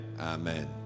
Amen